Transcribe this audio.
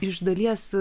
iš dalies